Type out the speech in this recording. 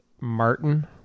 Martin